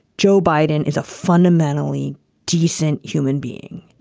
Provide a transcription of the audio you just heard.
joe biden is a fundamentally decent human being.